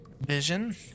vision